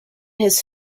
his